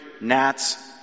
gnats